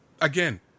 Again